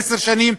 עשר שנים,